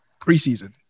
preseason